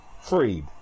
freed